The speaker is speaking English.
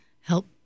help